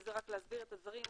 וזה רק להסביר את הדברים,